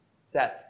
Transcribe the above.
Seth